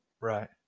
right